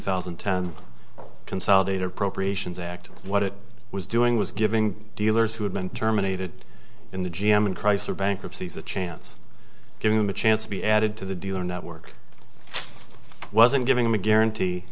thousand and ten consolidated appropriations act what it was doing was giving dealers who had been terminated in the g m and chrysler bankruptcy as a chance giving them a chance to be added to the dealer network wasn't giving them a guarantee